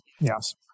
yes